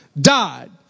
died